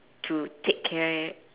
to take care